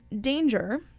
danger